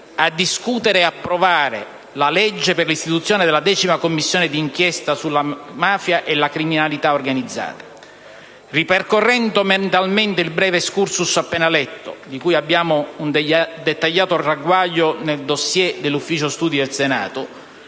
a discutere e approvare la legge per l'istituzione della decima Commissione di inchiesta sulla mafia e la criminalità organizzata. Ripercorrendo mentalmente il breve *excursus* appena letto, di cui abbiamo un dettagliato ragguaglio nel *dossier* dell'ufficio studi del Senato,